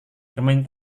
bermain